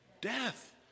death